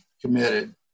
committed